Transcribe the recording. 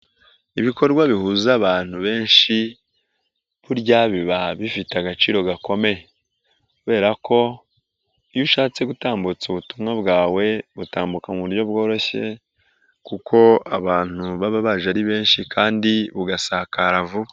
Ibikorwa bihuza abantu benshi burya biba bifite agaciro gakomeye; kubera ko iyo ushatse gutambutsa ubutumwa bwawe butambuka mu buryo bworoshye kuko abantu baba baje ari benshi kandi bugasakara vuba.